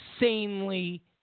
insanely